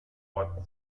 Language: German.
ort